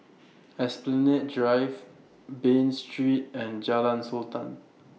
Esplanade Drive Bain Street and Jalan Sultan